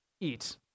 eat